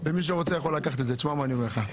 ומי שרוצה יכול לקחת את זה, שמע מה אני אומר לך.